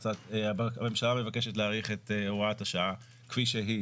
הממשלה מבקשת להאריך את הוראת השעה כפי שהיא